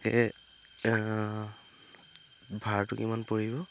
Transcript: সেয়ে ভাড়াটো কিমান পৰিব